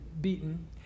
beaten